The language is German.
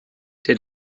der